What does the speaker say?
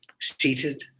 seated